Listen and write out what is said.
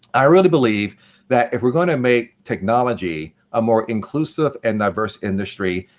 i really believe that, if we're going to make technology a more inclusive and diverse industry,